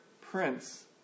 Prince